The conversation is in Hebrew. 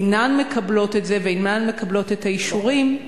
אינן מקבלות את זה ואינן מקבלות את האישורים.